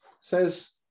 says